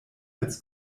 als